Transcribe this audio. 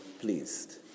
pleased